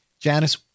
Janice